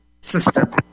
system